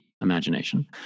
imagination